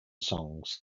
songs